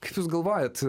kaip jūs galvojate